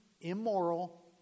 immoral